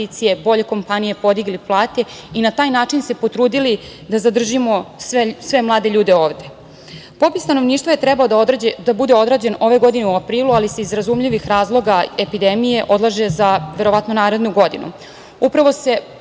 bolje kompanije, podigli plate, i na taj način se potrudili da zadržimo sve mlade ljude ovde. Popis stanovišta je trebalo da bude odrađen ove godine u aprilu, ali se iz razumljivih razloga epidemije odlaže za, verovatno, narednu godinu.